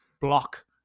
block